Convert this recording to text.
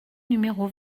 numéro